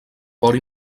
port